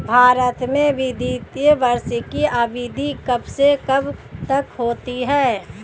भारत में वित्तीय वर्ष की अवधि कब से कब तक होती है?